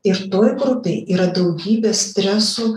ir toj grupėj yra daugybė stresų